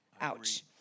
Ouch